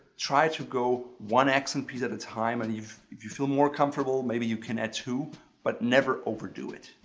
try to go one accent piece at a time and if you feel more comfortable, maybe you can add two but never overdo it.